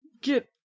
Get